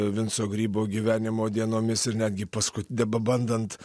vinco grybo gyvenimo dienomis ir netgi pasku be bebandant